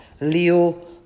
Leo